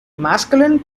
masculine